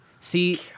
See